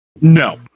No